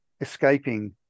escaping